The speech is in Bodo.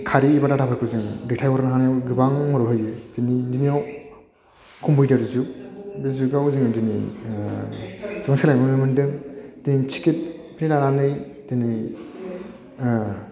खारै एबा दाथाफोरखौ जोङो दैथाय हरनो हानायाव गोबां मदद होयो दिनैनि दिनाव कम्पिउटारनि जुग बे जुगाव जोङो दिनै जों सोलायनो मोनदों दिनै टिकेटनिफ्राय लानानै दिनै